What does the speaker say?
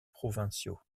provinciaux